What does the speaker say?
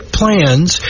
plans